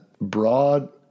broad